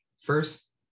First